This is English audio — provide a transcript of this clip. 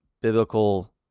biblical